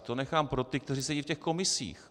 To nechám pro ty, kteří sedí v těch komisích.